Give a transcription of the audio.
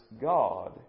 God